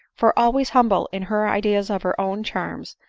for, always humble in her ideas of her own charms,